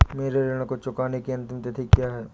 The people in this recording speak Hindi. मेरे ऋण को चुकाने की अंतिम तिथि क्या है?